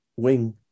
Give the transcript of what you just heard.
wing